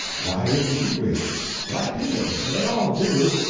why didn't you wish? i did. they all do.